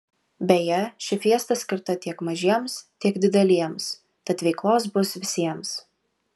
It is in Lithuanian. beje ši fiesta skirta tiek mažiems tiek dideliems tad veiklos bus visiems